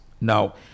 now